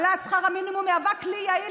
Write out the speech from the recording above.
העלאת שכר המינימום מהווה כלי יעיל